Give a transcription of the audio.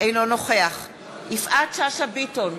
אינו נוכח יפעת שאשא ביטון,